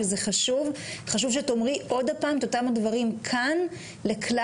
וזה חשוב שתאמרי עוד פעם את אותם הדברים כאן לכלל